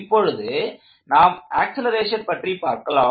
இப்பொழுது நாம் ஆக்ஸலரேஷன் பற்றி பார்க்கலாம்